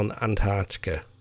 Antarctica